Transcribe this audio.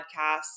podcasts